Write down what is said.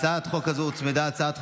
תודה רבה,